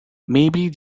maybe